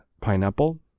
pineapple